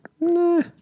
Nah